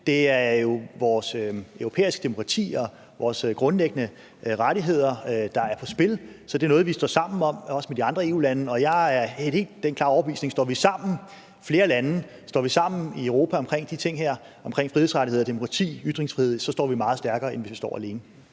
Det er jo vores europæiske demokrati og vores grundlæggende rettigheder, der er på spil. Så det er noget, vi står sammen om, også med de andre EU-lande. Og jeg er af den helt klare overbevisning, at står vi sammen flere lande, står vi i Europa sammen omkring de ting her, altså omkring frihedsrettigheder, demokrati og ytringsfrihed, så står vi meget stærkere, end hvis vi står alene.